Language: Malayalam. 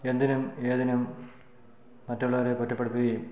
എന്തിനും ഏതിനും മറ്റുള്ളവരെ കുറ്റപ്പെടുത്തുകയും